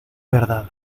verdad